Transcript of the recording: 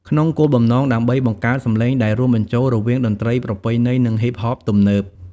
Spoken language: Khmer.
ក្នុងគោលបំណងដើម្បីបង្កើតសម្លេងដែលរួមបញ្ចូលរវាងតន្ត្រីប្រពៃណីនិងហ៊ីបហបទំនើប។